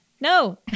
No